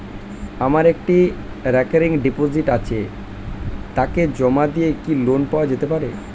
আমার একটি recurring deposit আছে তাকে জমা দিয়ে কি লোন পাওয়া যেতে পারে?